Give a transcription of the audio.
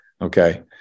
Okay